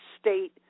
state